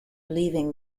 leaving